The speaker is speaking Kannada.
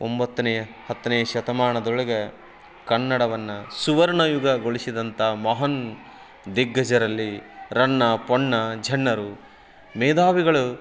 ಒಂಬತ್ತನೇ ಹತ್ತನೇ ಶತಮಾನದೊಳಗೆ ಕನ್ನಡವನ್ನು ಸುವರ್ಣಯುಗಗೊಳಿಸಿದಂಥ ಮಹಾನ್ ದಿಗ್ಗಜರಲ್ಲಿ ರನ್ನ ಪೊನ್ನ ಜನ್ನರು ಮೇಧಾವಿಗಳು